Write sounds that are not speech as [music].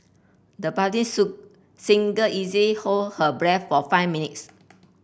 the budding sue singer easy hold her breath for five minutes [noise]